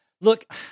Look